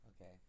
Okay